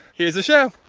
here's the show